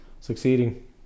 succeeding